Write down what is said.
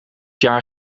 jaar